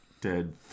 Dead